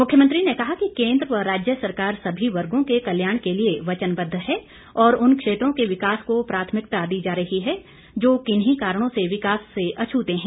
मुख्यमंत्री ने कहा कि केन्द्र व राज्य सरकार सभी वर्गों के कल्याण के लिए वचनबद्व है और उन क्षेत्रों के विकास को प्राथमिकता दी जा रही है जो किन्हीं कारणों से विकास से अछते हैं